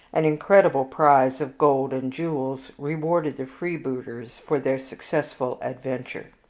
an incredible prize of gold and jewels rewarded the freebooters for their successful adventure.